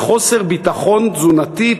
בחוסר ביטחון תזונתי,